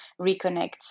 reconnect